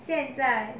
现在